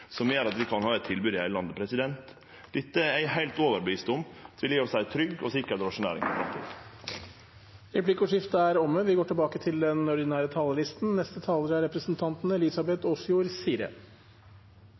som gjer at vi kan ha eit tilbod i heile landet. Dette er eg heilt overtydd om vil gje oss ei trygg og sikker drosjenæring. Replikkordskiftet er omme.